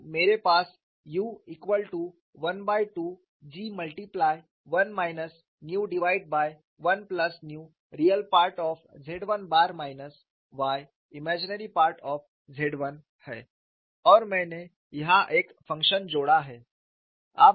तो मेरे पास u equal to 1 by 2 G multiply 1 minus nu divided by 1 plus nu real part of Z 1 bar minus y imaginary part of Z 1 है और मैंने यहां एक फंक्शन जोड़ा है